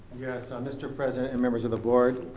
yes, ah mr. president and members of the board,